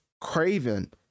craven